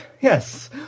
yes